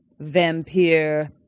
vampire